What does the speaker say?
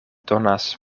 donas